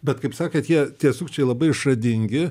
bet kaip sakat jie tie sukčiai labai išradingi